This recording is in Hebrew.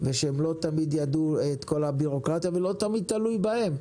שלא תמיד ידעו את כל הבירוקרטיה וזה לא תמיד תלוי בהם.